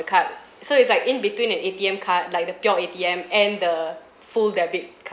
card so it's like in between an A_T_M card like the pure A_T_M and the full debit card